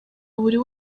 buri